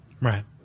Right